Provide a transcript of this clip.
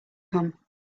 come